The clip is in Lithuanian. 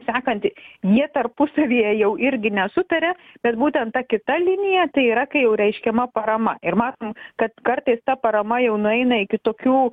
sekanti jie tarpusavyje jau irgi nesutaria bet būtent ta kita linija tai yra kai jau reiškiama parama ir matom kad kartais ta parama jau nueina iki tokių